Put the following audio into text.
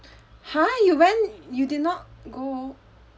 !huh! you went you did not go